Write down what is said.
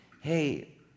hey